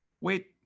wait